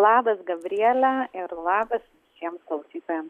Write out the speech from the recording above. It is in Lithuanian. labas gabriele ir labas visiems klausytojams